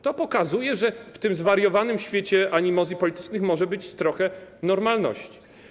To pokazuje, że w tym zwariowanym świecie animozji politycznych może być trochę normalności.